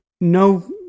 no